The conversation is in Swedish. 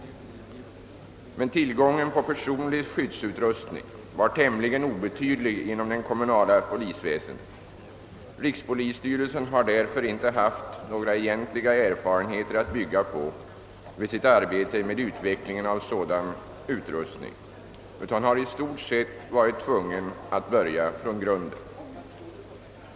Tillgången till personlig skyddsutrustning var tämligen obetydlig inom det kommunala polisväsendet. Rikspolisstyrelsen har därför inte haft några egentliga erfarenheter att bygga på vid sitt arbete med utvecklingen av sådan utrustning utan har i stort sett varit tvungen att börja från grunden.